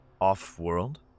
Off-world